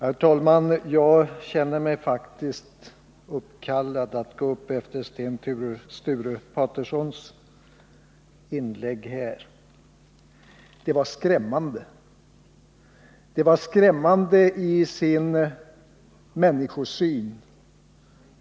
Herr talman! Jag känner mig faktiskt kallad att gå upp i talarstolen efter Sten Sture Patersons inlägg. Det var skrämmande — skrämmande i sin människosyn.